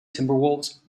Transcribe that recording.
timberwolves